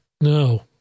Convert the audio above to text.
No